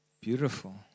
Beautiful